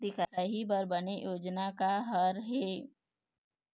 दिखाही बर बने योजना का हर हे?